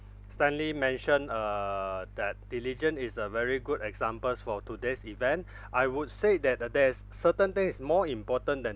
stanley mentioned uh that diligent is a very good examples for today's event I would say that uh there's certain things is more important than